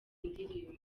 ndirimbo